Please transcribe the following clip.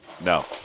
No